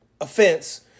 offense